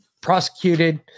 prosecuted